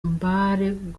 godefroid